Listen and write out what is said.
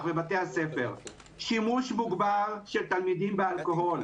בבתי הספר: שימוש מוגבר של תלמידים באלכוהול,